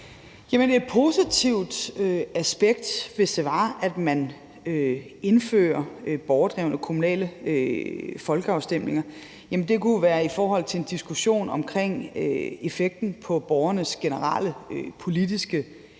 Jamen et positivt aspekt af, at man indførte borgerdrevne kommunale folkeafstemninger, kunne være i forhold til en diskussion om effekten på borgernes generelle politiske interesse